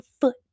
foot